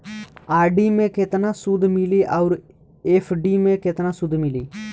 RD मे केतना सूद मिली आउर एफ.डी मे केतना सूद मिली?